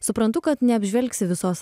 suprantu kad neapžvelgsi visos